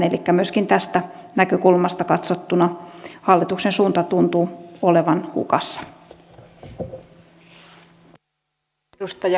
elikkä myöskin tästä näkökulmasta katsottuna hallituksen suunta tuntuu olevan hukassa